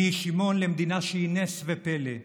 מישימון למדינה שהיא נס ופלא,